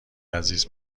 عزیز